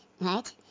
right